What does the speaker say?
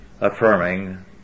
affirming